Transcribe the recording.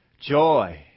joy